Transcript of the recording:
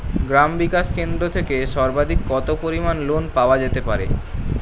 গ্রাম বিকাশ কেন্দ্র থেকে সর্বাধিক কত পরিমান লোন পাওয়া যেতে পারে?